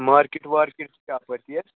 market وارکیٹ چھا اَپٲرۍ تی حظ